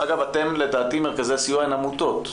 ואגב מרכזי סיוע לדעתי הן עמותות.